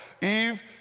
Eve